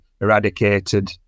eradicated